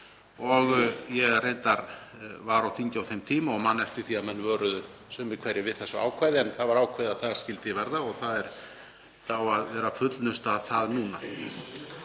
Ég var reyndar á þingi á þeim tíma og man eftir því að menn vöruðu sumir hverjir við þessu ákvæði en það var ákveðið að það skyldi verða og það á að vera að fullnusta það núna.